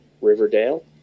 Riverdale